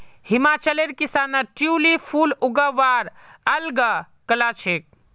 हिमाचलेर किसानत ट्यूलिप फूल उगव्वार अल ग कला छेक